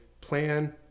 Plan